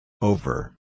Over